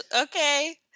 Okay